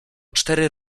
cztery